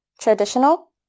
traditional